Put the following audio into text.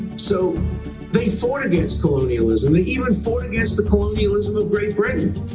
so they fought against colonialism they even fought against the colonialism of great britain.